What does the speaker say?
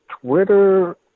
Twitter